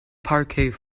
parquet